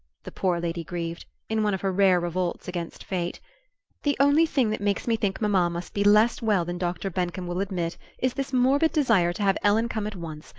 the poor lady grieved, in one of her rare revolts against fate the only thing that makes me think mamma must be less well than dr. bencomb will admit is this morbid desire to have ellen come at once,